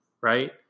right